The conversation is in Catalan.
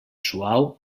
suau